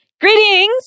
greetings